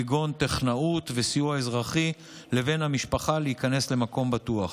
כגון טכנאות וסיוע אזרחי לבן המשפחה להיכנס למקום בטוח.